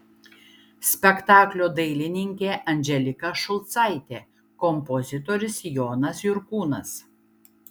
spektaklio dailininkė andželika šulcaitė kompozitorius jonas jurkūnas